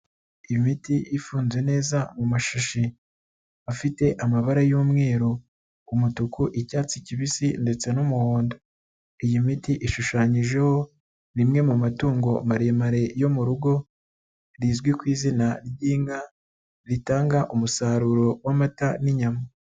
Imiti ifunze neza mu mashashi ,afite amabara y'umweru , umutuku, icyatsi kibisi, ndetse n'umuhondo. Iyi miti ishushanyijeho rimwe mu matungo maremare yo mu rugo ,rizwi ku izina ry'inka ,ritanga umusaruro w'amata n'inyama.